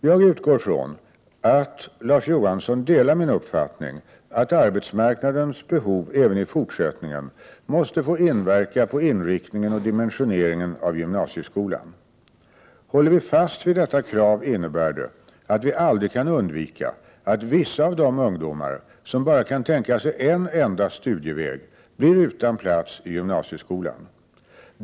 Jag utgår ifrån att Larz Johansson delar min uppfattning att arbetsmarknadens behov även i fortsättningen måste få inverka på inriktningen och dimensioneringen av gymnasieskolan. Håller vi fast vid detta krav innebär det att vi aldrig kan undvika att vissa av de ungdomar som bara kan tänka sig en enda studieväg blir utan plats i gymnasieskola.